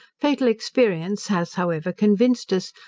fatal experience has, however, convinced us,